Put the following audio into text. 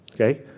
okay